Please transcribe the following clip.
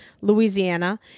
Louisiana